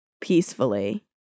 peacefully